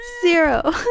Zero